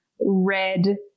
red